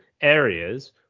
areas